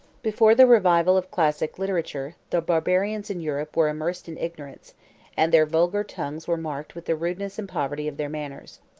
before the revival of classic literature, the barbarians in europe were immersed in ignorance and their vulgar tongues were marked with the rudeness and poverty of their manners.